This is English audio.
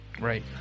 Right